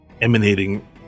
emanating